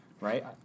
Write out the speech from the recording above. right